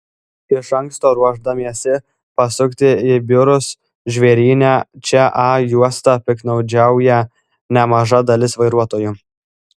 iš anksto ruošdamiesi pasukti į biurus žvėryne čia a juosta piktnaudžiauja nemaža dalis vairuotojų